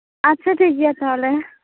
ᱟᱪᱪᱷᱟ ᱴᱷᱤᱠᱜᱮᱭᱟ ᱛᱟᱦᱚᱞᱮ